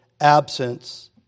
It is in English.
absence